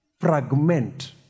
fragment